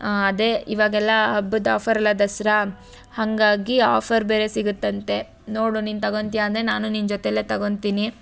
ಅದೇ ಇವಾಗೆಲ್ಲ ಹಬ್ಬದ ಆಫರ್ ಅಲ್ಲ ದಸರಾ ಹಾಗಾಗಿ ಆಫರ್ ಬೇರೆ ಸಿಗುತ್ತಂತೆ ನೋಡು ನೀನು ತಗೋತ್ಯಾ ಅಂದರೆ ನಾನು ನಿನ್ನ ಜೊತೇಲೆ ತಗೋತೀನಿ